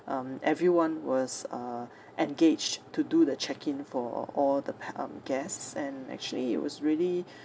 um everyone was uh engaged to do the check in for all the p~ um guests and actually it was really